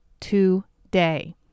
today